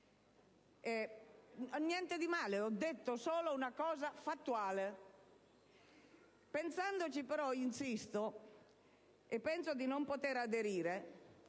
(niente di male, ho detto solo una cosa fattuale). Pensandoci, però, credo di non potervi aderire,